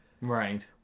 Right